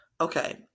okay